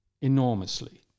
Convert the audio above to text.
enormously